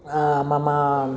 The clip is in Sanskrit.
मम